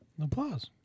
Applause